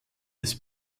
des